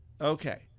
Okay